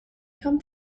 come